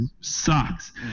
sucks